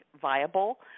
viable